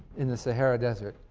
in the sahara desert?